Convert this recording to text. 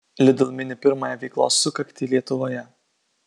lidl mini pirmąją veiklos sukaktį lietuvoje